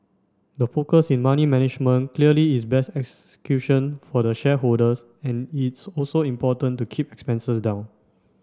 the focus in money management clearly is best execution for the shareholders and it's also important to keep expenses down